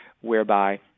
whereby